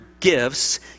Gifts